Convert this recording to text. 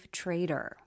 trader